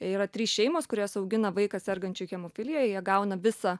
yra trys šeimos kurios augina vaiką sergančiu hemofilija jie gauna visą